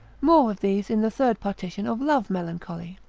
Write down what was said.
more of these in the third partition of love-melancholy.